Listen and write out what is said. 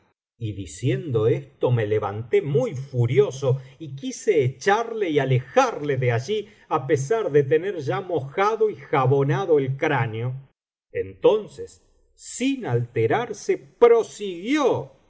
y diciendo esto me levanté muy furioso y quise echarle y alejarle de allí á pesar de tener ya mojado y jabonado el cráneo entonces sin alterarse prosiguió